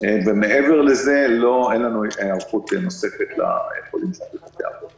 מעבר לזה אין לנו היערכות נוספת לחולים שלנו בבתי האבות.